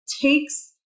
takes